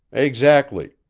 exactly.